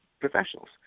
professionals